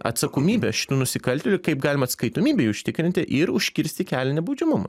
atsakomybę šitų nusikaltėlių kaip galima atskaitomybei užtikrinti ir užkirsti kelią nebaudžiamumui